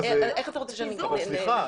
איך אתה רוצה שאני אכנה את זה?